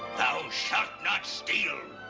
thou shalt not steal.